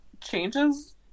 changes